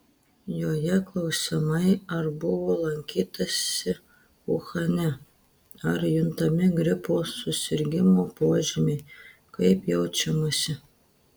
joje klausimai ar buvo lankytasi uhane ar juntami gripo susirgimo požymiai kaip jaučiamasi